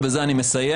ובזה אני מסיים,